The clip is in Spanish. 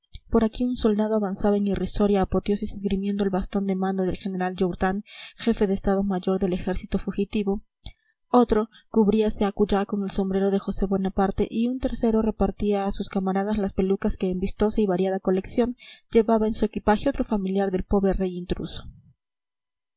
por aquí un soldado avanzaba en irrisoria apoteosis esgrimiendo el bastón de mando del general jourdan jefe de estado mayor del ejército fugitivo otro cubríase acullá con el sombrero de josé bonaparte y un tercero repartía a sus camaradas las pelucas que en vistosa y variada colección llevaba en su equipaje otro familiar del pobre rey intruso